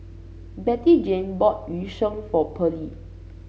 Bettyjane bought Yu Sheng for Pearly